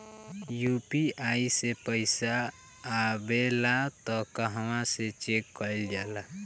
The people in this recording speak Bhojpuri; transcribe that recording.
यू.पी.आई मे पइसा आबेला त कहवा से चेक कईल जाला?